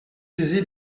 saisi